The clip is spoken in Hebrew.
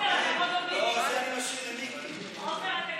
אתה יכול גם בלי מיקרופון,